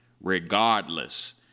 regardless